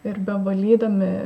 ir be valydami